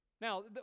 Now